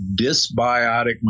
dysbiotic